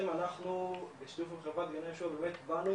אנחנו בשיתוף עם חברת גני יהושע באמת באנו